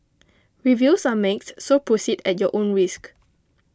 reviews are mixed so proceed at your own risk